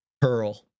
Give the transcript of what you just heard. pearl